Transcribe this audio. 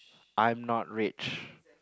I am not rich